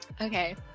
okay